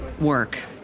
work